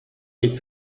dei